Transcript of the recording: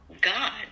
god